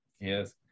Yes